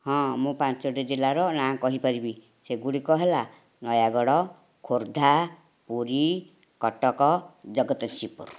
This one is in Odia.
ହଁ ମୁଁ ପାଞ୍ଚୋଟି ଜିଲ୍ଲାର ନାଁ କହିପାରିବି ସେଗୁଡ଼ିକ ହେଲା ନୟାଗଡ଼ ଖୋର୍ଦ୍ଧା ପୁରୀ କଟକ ଜଗତସିଂହପୁର